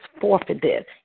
forfeited